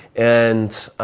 and